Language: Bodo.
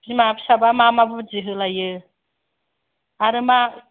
बिमा फिसा बा मा मा बुददि होलायो आरो मा